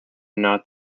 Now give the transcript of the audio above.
not